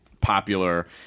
popular